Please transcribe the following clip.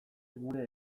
gure